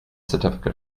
certificate